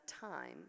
time